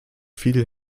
viel